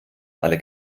alle